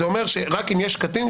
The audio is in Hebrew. זה המצב היום?